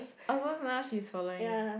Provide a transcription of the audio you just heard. oh so now she's following you